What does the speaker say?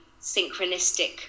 synchronistic